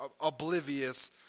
oblivious